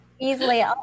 easily